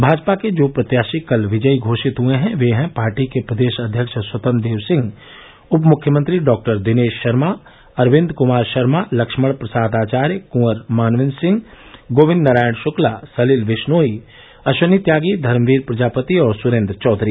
भाजपा के जो प्रत्याशी कल विजयी घोषित हुए हैं वे हैं पार्टी प्रदेश अध्यक्ष स्वतंत्र देव सिंह उप मुख्यमंत्री डॉक्टर दिनेश शर्मा अरविन्द कुमार शर्मा लक्ष्मण प्रसाद आचार्य कुँवर मान्वेन्द्र सिंह गोविन्द नारायण शुक्ला सलिल बिश्नोई अश्वनी त्यागी धर्मवीर प्रजापति और सुरेन्द्र चौधरी